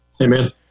Amen